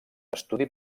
estudi